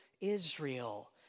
Israel